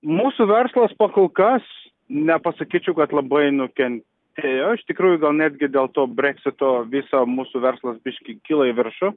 mūsų verslas pakolkas nepasakyčiau kad labai nukentėjo iš tikrųjų gal netgi dėl to breksito viso mūsų verslas biškį kyla į viršų